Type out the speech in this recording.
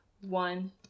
one